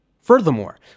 Furthermore